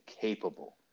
capable